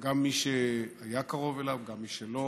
גם את מי שהיה קרוב אליו, גם את מי שלא,